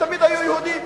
תמיד היו יהודים,